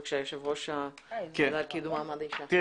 יושב ראש הועדה לקידום מעמד האישה.